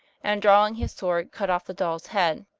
and drawing his sword, cut off the doll's head.